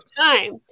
time